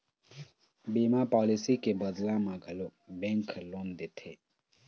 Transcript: बीमा पॉलिसी के बदला म घलोक बेंक ह लोन देथे